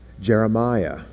Jeremiah